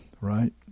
right